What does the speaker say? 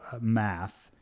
math